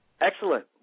Excellent